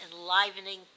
enlivening